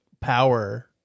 power